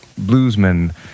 bluesmen